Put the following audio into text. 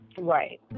Right